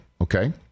okay